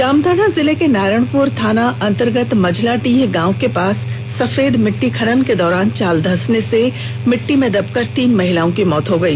जामताड़ा जिले के नारायणपुर थाना अंतर्गत मंझलाडीह गांव के पास सफेद मिट्टी खनन के दौरान चाल धसने से मिट्टी से दबकर तीन महिलाओं की मौत हो गई